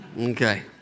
Okay